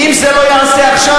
ואם זה לא ייעשה עכשיו,